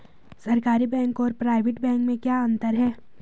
सरकारी बैंक और private bank में क्या क्या अंतर हैं?